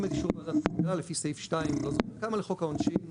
את אישור ועדת הכלכלה לפי סעיף 2 לא זוכר כמה לחוק העונשין,